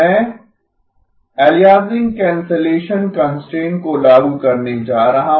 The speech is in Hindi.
मैं अलियासिंग कैंसलेशन कंस्ट्रेंट को लागू करने जा रहा हूं